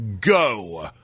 go